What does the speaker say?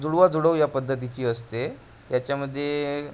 जुळवाजुळव या पद्धतीची असते याच्यामध्ये